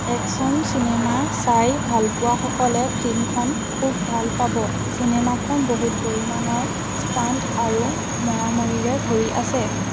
action cinema চাই ভালপোৱাসকলে ফিল্মখন খুউব ভাল পাব চিনেমাখন বহুত পৰিমাণৰ ষ্টাণ্ট আৰু মৰা মৰিৰে ভৰি আছে